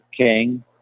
King